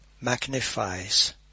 magnifies